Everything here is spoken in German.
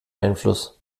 einfluss